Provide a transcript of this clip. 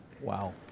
Wow